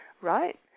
right